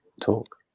talk